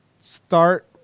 start